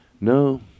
No